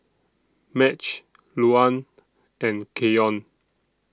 Madge Luann and Keyon